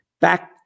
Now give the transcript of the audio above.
Back